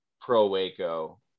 pro-Waco